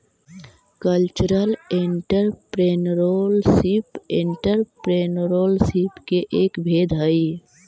cultural entrepreneurship entrepreneurship के एक भेद हई